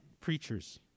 preachers